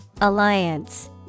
Alliance